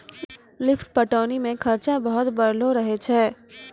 lift पटौनी मे खरचा बहुत बढ़लो रहै छै